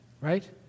Right